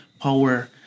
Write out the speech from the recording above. Power